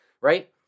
right